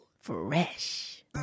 Fresh